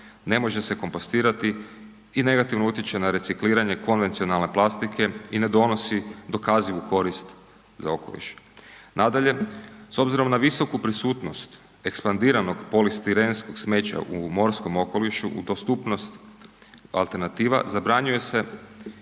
ne može se kompostirati i negativno utječe na recikliranje konvencionalne plastike i ne donosi dokazivu korist za okoliš. Nadalje, s obzirom na visoku prisutnost ekspandiranog polistirenskog smeća u morskom okolišu u dostupnost alternativa zabranjuje se